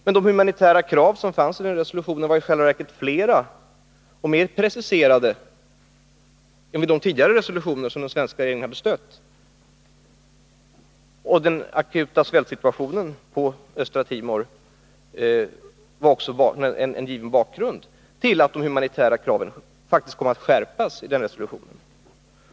Men de humanitära krav som fanns i resolutionen var i själva verket flera och mer preciserade än i de tidigare resolutioner som den svenska regeringen hade stött. Och den akuta svältsituationen på Östra Timor var också en given bakgrund till att de humanitära kraven faktiskt kom att skärpas i denna resolution.